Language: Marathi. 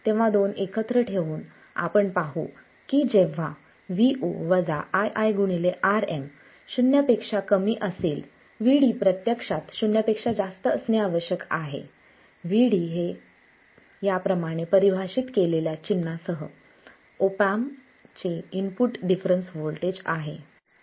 तेव्हा दोन एकत्र ठेऊन आपण पाहू की जेव्हा Vo ii Rm शून्यापेक्षा कमी असेल Vd प्रत्यक्षात शून्य पेक्षा जास्त असणे आवश्यक आहे Vd हे याप्रमाणे परिभाषित केलेल्या चिन्हासह ऑप एम्पचे इनपुट डिफरन्स व्होल्टेज आहे